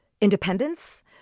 independence